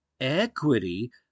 equity